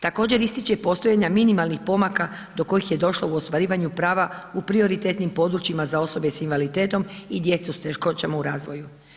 Također ističe postojanje minimalnih pomaka, do kojih je došlo u ostvarivanju prava u prioritetnim područjima za osobe s invaliditetom i djecu s teškoćama u razvoju.